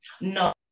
No